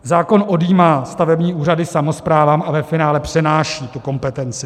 Zákon odjímá stavební úřady samosprávám a ve finále přenáší tu kompetenci.